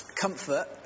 comfort